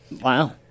Wow